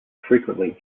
frequently